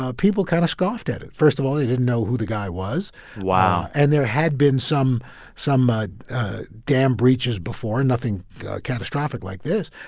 ah people kind of scoffed at it. first of all, they didn't know who the guy was wow and there had been some some ah dam breaches before, nothing catastrophic like this.